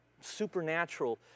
supernatural